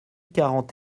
quarante